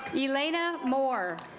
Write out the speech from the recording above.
elena moore